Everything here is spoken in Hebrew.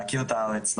להכיר את הארץ,